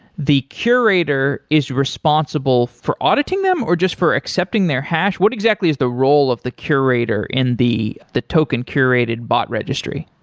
the curator is responsible for auditing them, or just for accepting their hash? what exactly is the role of the curator in the the token-curated bot bot registry?